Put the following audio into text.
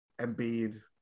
Embiid